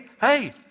hey